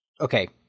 Okay